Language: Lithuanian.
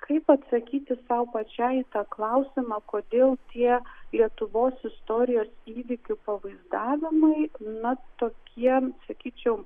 kaip atsakyti sau pačiai į tą klausimą kodėl tie lietuvos istorijos įvykių pavaizdavimai na tokie sakyčiau